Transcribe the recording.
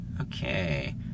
Okay